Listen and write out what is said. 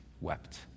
wept